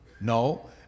No